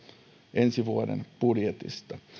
ensi vuoden budjetista